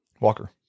Walker